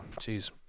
Jeez